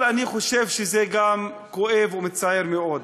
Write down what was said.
אבל אני חושב שזה גם כואב ומצער מאוד,